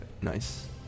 Nice